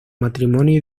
matrimonio